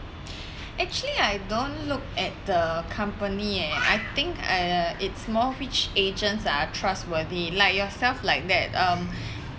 actually I don't look at the company eh I think uh it's more which agents are trustworthy like yourself like that um